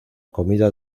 comida